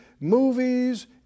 movies